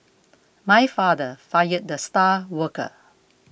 my father fired the star worker